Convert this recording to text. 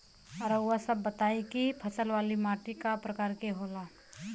रउआ सब बताई कि फसल वाली माटी क प्रकार के होला?